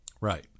right